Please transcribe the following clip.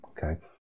Okay